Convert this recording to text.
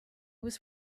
was